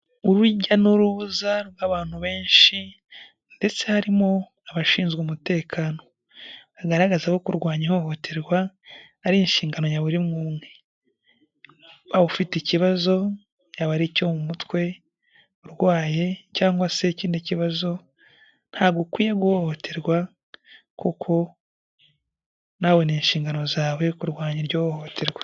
Urujya n'urubuza rw'abantu benshi ndetse harimo abashinzwe umutekano, bagaragaza ko kurwanya ihohoterwa ari inshingano ya buri umwe umwe. Waba ufite ikibazo, yaba ari icyo mu mutwe, urwaye cyangwa se ikindi kibazo, ntabwo ukwiye guhohoterwa kuko nawe ni inshingano zawe kurwanya iryo hohoterwa.